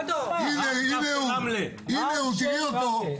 בפני הממונה, לעניין הכוונה להטיל עליו